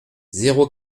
zéro